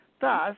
Thus